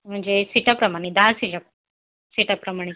म्हणजे सिटाप्रमाणे दहा सीअ सिटाप्रमाणे